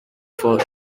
for